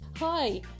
Hi